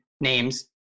names